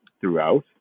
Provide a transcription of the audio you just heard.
throughout